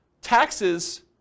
taxes